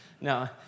no